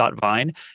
.vine